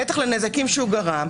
בטח לנזקים שהוא גרם,